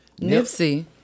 Nipsey